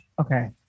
Okay